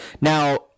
Now